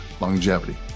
Longevity